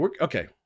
okay